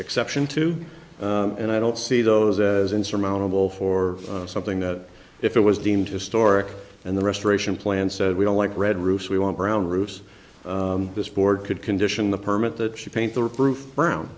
exception to and i don't see those as insurmountable for something that if it was deemed historic and the restoration plan said we don't like red roofs we want brown roofs this board could condition the permit that she paint the reproof brown